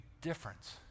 difference